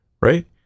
right